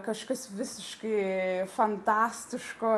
kažkas visiškai fantastiško